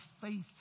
faith